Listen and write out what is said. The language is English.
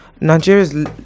Nigeria's